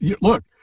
look